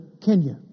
Kenya